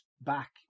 back